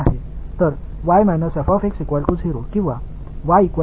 எனவே இங்கே இந்த வளைவு ஆல் வழங்கப்படுகிறது இந்த வளைவைப் பெறுவதற்கு நான் எதை சமமாக அமைக்க வேண்டும்